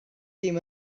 ddim